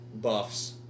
buffs